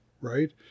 right